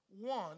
one